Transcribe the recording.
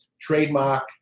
Trademark